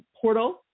portal